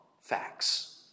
facts